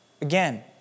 again